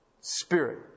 spirit